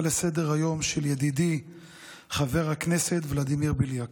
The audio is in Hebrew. לסדר-היום של ידידי חבר הכנסת ולדימיר בליאק.